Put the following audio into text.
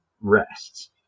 rests